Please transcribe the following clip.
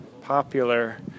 popular